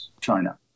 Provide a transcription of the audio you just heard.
China